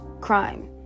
crime